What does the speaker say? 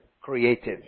creative